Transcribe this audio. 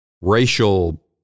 racial